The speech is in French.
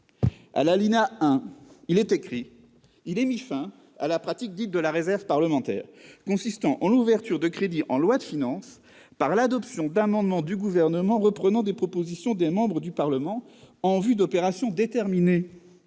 d'être rappelé :« Il est mis fin à la pratique dite de la réserve parlementaire » consistant en l'ouverture de crédits en loi de finances par l'adoption d'amendements du Gouvernement reprenant des propositions de membres du Parlement en vue du financement d'opérations déterminées.